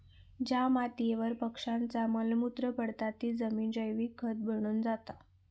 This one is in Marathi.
ज्या मातीयेवर पक्ष्यांचा मल मूत्र पडता ती जमिन जैविक खत बनून जाता